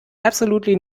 absolutely